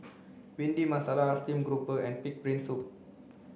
bhindi masala steamed grouper and pig's brain soup